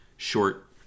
short